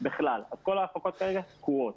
כל ההפקות כרגע תקועות.